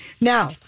Now